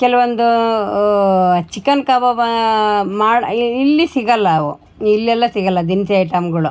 ಕೆಲವೊಂದು chicken kebab ಮಾಡಿ ಇಲ್ಲಿ ಸಿಗಲ್ಲ ಅವು ಇಲ್ಲೆಲ್ಲ ಸಿಗಲ್ಲ ದಿನಸಿ ಐಟಮ್ಗಳು